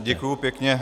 Děkuji pěkně.